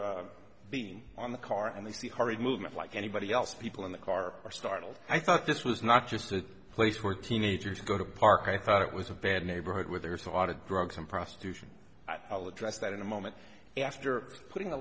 e being on the car and they see her in movement like anybody else people in the car are startled i thought this was not just a place where teenagers go to a park i thought it was a bad neighborhood where there's a lot of drugs and prostitution i'll address that in a moment after putting a